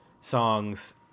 songs